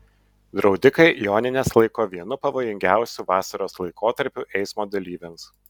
draudikai jonines laiko vienu pavojingiausių vasaros laikotarpių eismo dalyviams